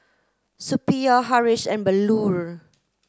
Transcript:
Suppiah Haresh and Bellur